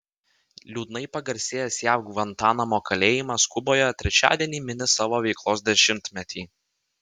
liūdnai pagarsėjęs jav gvantanamo kalėjimas kuboje trečiadienį mini savo veiklos dešimtmetį